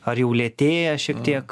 ar jau lėtėja šiek tiek